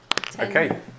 Okay